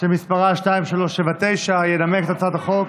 שמספרה 2379. ינמק את הצעת החוק